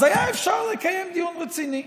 אז היה אפשר לקיים דיון רציני,